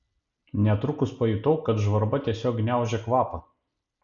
netrukus pajutau kad žvarba tiesiog gniaužia kvapą